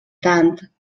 tant